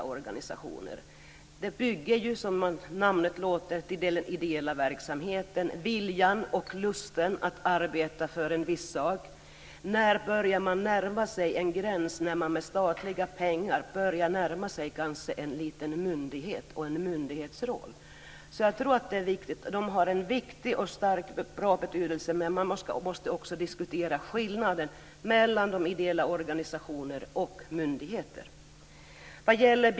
Som namnet säger bygger ideell verksamhet på viljan och lusten att arbeta för en viss sak. När börjar man närma sig den gräns där man med statliga pengar blir en liten myndighet och får en myndighetsroll? Ideella organisationer har en stor betydelse, men man måste diskutera skillnaden mellan ideella organisationer och myndigheter.